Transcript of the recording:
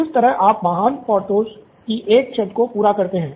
इस तरह आप महान पर्थोस की एक शर्त को पूरा करते है